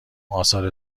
آثار